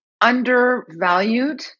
undervalued